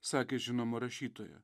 sakė žinoma rašytoja